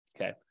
Okay